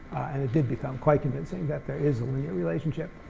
and it did become quite convincing that there is a linear relationship,